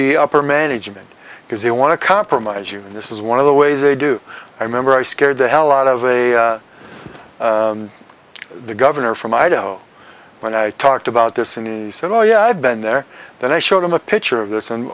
be upper management because they want to compromise you and this is one of the ways they do i remember i scared the hell out of a the governor from idaho when i talked about this and said oh yeah i've been there and i showed him a picture of this and